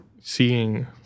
seeing